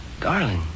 Darling